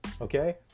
okay